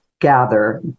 gather